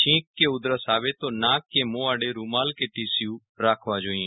છીંક કે ઉધરસ આવે તો નાક કે મો આડે રૂમાલ કે ટીસ્યુ રાખવા જોઈએ